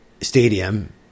stadium